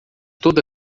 toda